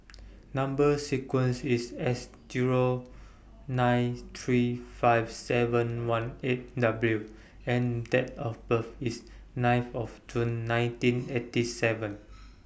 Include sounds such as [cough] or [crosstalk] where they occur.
Number sequence IS S Zero nine three five seven one eight W and Date of birth IS ninth of June nineteen eighty seven [noise]